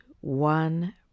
one